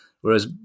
Whereas